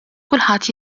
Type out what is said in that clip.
kulħadd